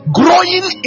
growing